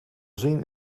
zin